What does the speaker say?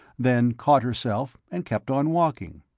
then caught herself and kept on walking.